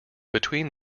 between